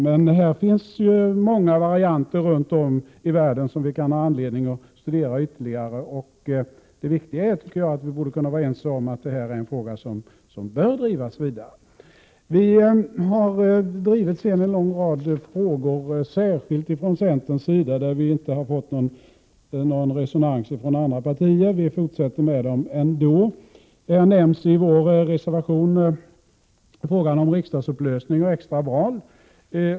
Det finns många varianter runt om i världen som vi kan ha anledning att studera ytterligare. Det viktiga är att vi skulle kunna bli ense om att det är en fråga som bör drivas vidare. Ifrån centerns sida har vi drivit en lång rad frågor, där vi inte har fått någon resonans ifrån andra partier. Vi fortsätter med det ändå. I vår reservation nämns frågan om riksdagsupplösning och extraval.